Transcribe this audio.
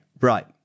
right